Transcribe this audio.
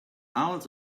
owls